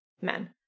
men